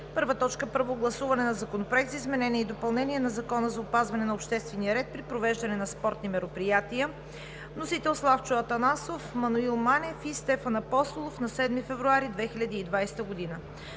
г. „1. Първо гласуване на Законопроекта за изменение и допълнение на Закона за опазване на обществения ред при провеждането на спортни мероприятия. Вносители са Славчо Атанасов, Маноил Манев и Стефан Апостолов на 7 февруари 2020 г.